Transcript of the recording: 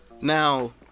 Now